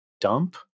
dump